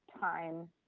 time